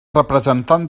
representant